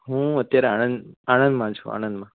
હું અત્યારે આણંદ આણંદમાં છું આણંદમાં